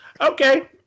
okay